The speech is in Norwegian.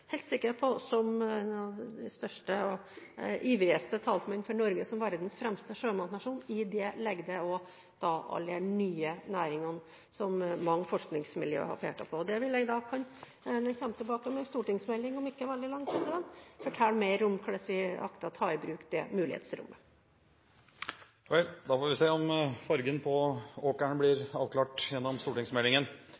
helt sikker på, som en av de ivrigste talsmenn for Norge som verdens fremste sjømatnasjon, at i det ligger det også alle de nye næringene, som mange forskningsmiljøer har pekt på. Det vil vi komme tilbake til når stortingsmeldingen kommer om ikke veldig lang tid. Da kan vi fortelle mer om hvordan vi akter å ta i bruk det mulighetsrommet. Vel, da får vi se om fargen på åkeren blir